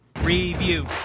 Review